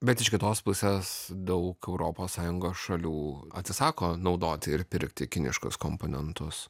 bet iš kitos pusės daug europos sąjungos šalių atsisako naudoti ir pirkti kiniškus komponentus